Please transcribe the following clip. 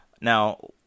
Now